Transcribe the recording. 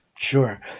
Sure